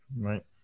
Right